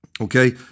Okay